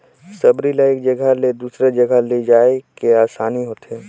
सबरी ल एक जगहा ले दूसर जगहा लेइजे मे असानी होथे